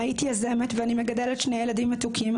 הייתי יזמת ואני מגדלת שני ילדים מתוקים,